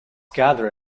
gather